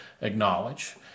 acknowledge